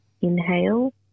inhale